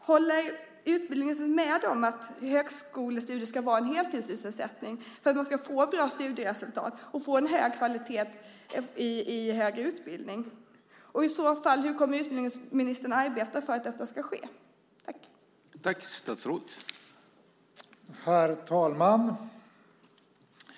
Håller utbildningsministern med om att högskolestudier ska vara en heltidssysselsättning för att man ska få bra studieresultat och en hög kvalitet i högre utbildning? Hur kommer i så fall utbildningsministern att arbeta för att detta ska bli verklighet?